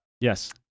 Yes